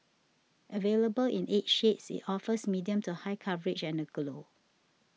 available in eight shades it offers medium to high coverage and a glow